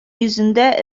йөзендә